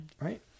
right